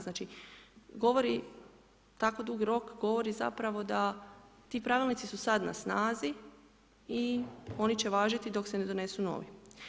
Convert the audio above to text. Znači, govori, tako dug rok govori zapravo da ti Pravilnici su sad na snazi i oni će važiti dok se ne donesu novi.